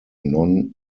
non